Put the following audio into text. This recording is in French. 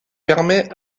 permets